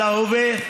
על ההווה,